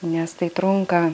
nes tai trunka